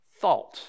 thought